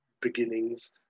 beginnings